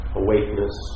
awakeness